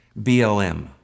BLM